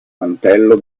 mantello